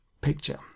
picture